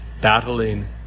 battling